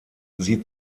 sie